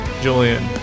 Julian